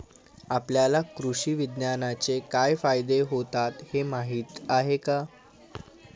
आपल्याला कृषी विज्ञानाचे काय फायदे होतात हे माहीत आहे का?